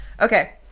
Okay